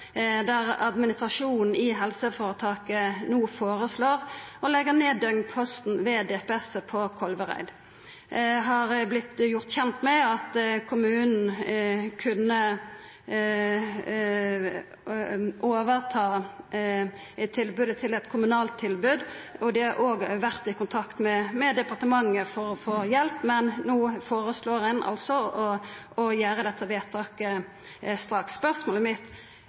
der administrasjonen i helseføretaket no føreslår å leggja ned døgnposten ved DPS på Kolvereid. Eg har vorte gjort kjend med at kommunen kunne overta tilbodet, til eit kommunalt tilbod, og dei har òg vore i kontakt med departementet for å få hjelp, men no føreslår ein altså å gjera dette vedtaket straks. Spørsmålet mitt